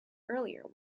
earlier